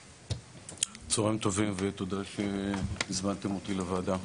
צוהריים טובים ותודה שהזמנתם אותי לוועדה.